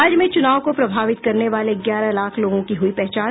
राज्य में चुनाव को प्रभावित करने वाले ग्यारह लाख लोगों की हुयी पहचान